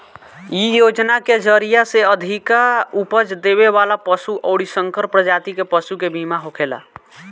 इ योजना के जरिया से अधिका उपज देवे वाला पशु अउरी संकर प्रजाति के पशु के बीमा होखेला